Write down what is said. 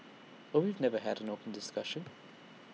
but we've never had the discussion